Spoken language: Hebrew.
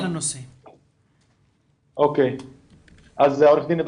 אני עורך דין,